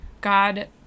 God